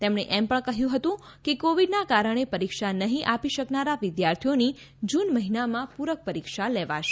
તેમણે એમ પણ કહ્યું હતું કે કોવિડના કારણે પરીક્ષા નહીં આપી શકનારા વિદ્યાર્થીઓની જૂન મહિનામાં પ્રરક પરીક્ષા લેવાશે